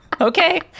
okay